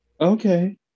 Okay